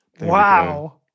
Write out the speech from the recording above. Wow